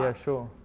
yeah sure.